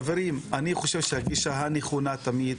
חברים, אני חושב שהשעה נכונה תמיד,